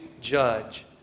judge